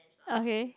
okay